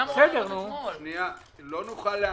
לא נוכל להמתין.